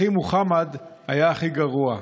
אחי מוחמד היה הכי גרוע.